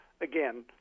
again